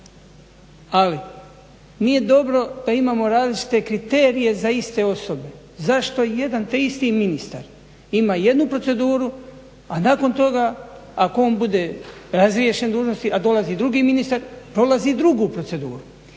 Ali nije dobro da imamo različite kriterije za iste osobe. Zašto jedan te isti ministar ima jednu proceduru, a nakon toga ako on bude razriješen dužnosti a dolazi drugi ministar prolazi drugu proceduru.